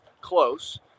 close